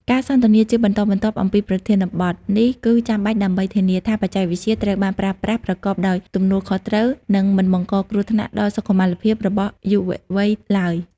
ការសន្ទនាជាបន្តបន្ទាប់អំពីប្រធានបទនេះគឺចាំបាច់ដើម្បីធានាថាបច្ចេកវិទ្យាត្រូវបានប្រើប្រាស់ប្រកបដោយទំនួលខុសត្រូវ និងមិនបង្កគ្រោះថ្នាក់ដល់សុខុមាលភាពរបស់យុវវ័យឡើយ។